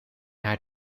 haar